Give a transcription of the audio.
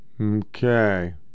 Okay